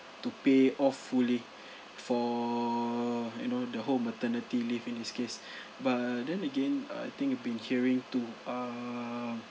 to pay off fully for you know the whole maternity leave in this case but then again I think I've been hearing to um